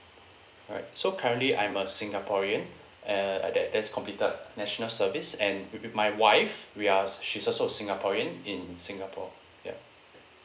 alright so currently I'm a singaporean uh that that's completed national service and with my wife we are she's also a singaporean in singapore yup